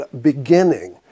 beginning